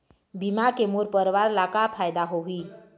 बीमा के मोर परवार ला का फायदा होही?